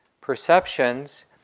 perceptions